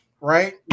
right